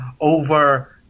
over